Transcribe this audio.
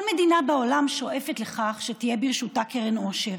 כל מדינה בעולם שואפת לכך שתהיה ברשותה קרן עושר.